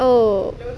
oh